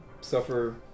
suffer